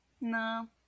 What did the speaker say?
No